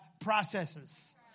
processes